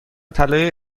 طلای